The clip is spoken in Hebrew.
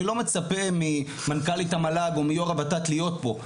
אני לא מצפה ממנכ"לית המל"ג או מיו"ר הוות"ת להיות פה.